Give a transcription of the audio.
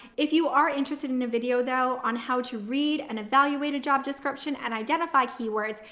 if you are interested in a video though, on how to read and evaluate a job description and identify keywords,